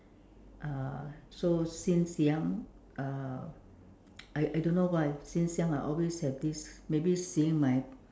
uh so since young uh I I don't why since young I always have this maybe seeing my